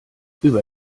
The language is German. über